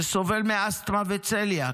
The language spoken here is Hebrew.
שסובל מאסתמה וצליאק,